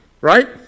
Right